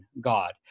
God